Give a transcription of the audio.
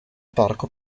parco